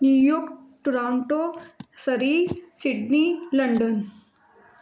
new York Toronto Surrey Sydney London